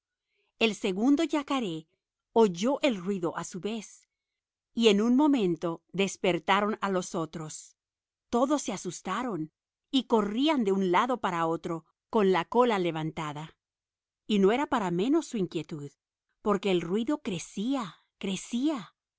el segundo yacaré oyó el ruido a su vez y en un momento despertaron a los otros todos se asustaron y corrían de un lado para otro con la cola levantada y no era para menos su inquietud porque el ruido crecía crecía